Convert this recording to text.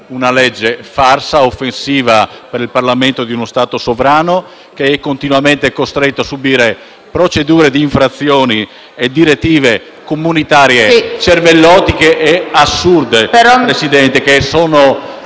una legge farsa, offensiva per il Parlamento di uno Stato sovrano, che è continuamente costretto a subire procedure di infrazione e direttive comunitarie cervellotiche e assurde, che sono